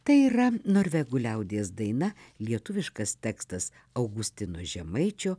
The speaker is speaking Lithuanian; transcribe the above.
tai yra norvegų liaudies daina lietuviškas tekstas augustino žemaičio